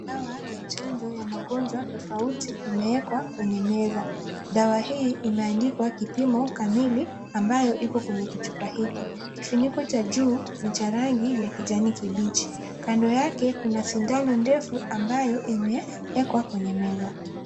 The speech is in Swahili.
Dawa ya chanjo ya magonjwa tofauti imewekwa kwenye meza. Dawa hii imeandikwa kipimo kamili ambayo iko kwenye kichupa hiki. Kifuniko cha juu ni cha rangi ya kijani kibichi. Kando yake kuna sindano ndefu ambayo imewekwa kwenye meza.